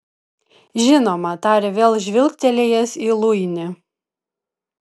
žinoma tarė vėl žvilgtelėjęs į luinį